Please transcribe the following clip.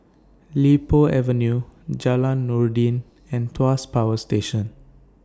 Li Po Avenue Jalan Noordin and Tuas Power Station